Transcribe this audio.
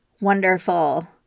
wonderful